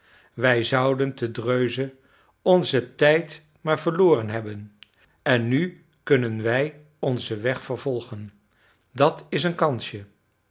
wij zouden te dreuze onzen tijd maar verloren hebben en nu kunnen wij onzen weg vervolgen dat is een kansje